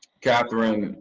catherine,